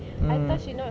mm